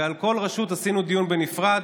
ועל כל רשות עשינו דיון בנפרד: